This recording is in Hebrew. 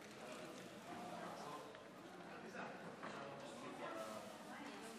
אנחנו ניגשים לנושא הבא לפני ההצבעה,